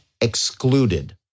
excluded